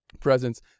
presence